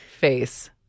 face